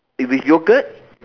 if with yogurt